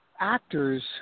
actors